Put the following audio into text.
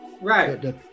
Right